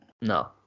No